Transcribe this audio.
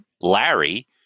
Larry